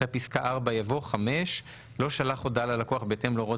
אחרי פסקה (4) יבוא: "(5)לא שלח הודעה ללקוח בהתאם להוראות